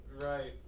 Right